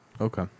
okay